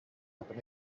happen